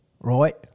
right